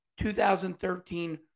2013